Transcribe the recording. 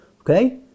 Okay